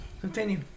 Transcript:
Continue